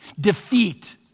defeat